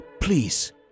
please